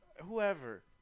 whoever